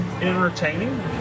entertaining